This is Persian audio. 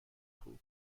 خوب